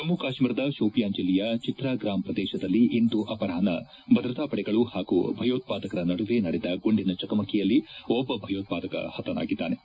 ಜಮ್ಮ ಕಾಶ್ಮೀರದ ಶೋಪಿಯಾನ್ ಜೆಲ್ಲೆಯ ಚಿತ್ರಾಗಾಂ ಪ್ರದೇಶದಲ್ಲಿ ಇಂದು ಅಪರಾಷ್ನ ಭದ್ರತಾ ಪಡೆಗಳು ಹಾಗೂ ಭಯೋತ್ಪಾದಕರ ನಡುವೆ ನಡೆದ ಗುಂಡಿನ ಚಕಮಕಿಯಲ್ಲಿ ಒಬ್ಬ ಭಯೋತ್ಪಾದಕ ಹತನಾಗಿದ್ದಾನೆ